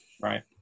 right